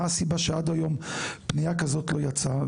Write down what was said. מה הסיבה שעד היום פנייה כזאת לא יצאה.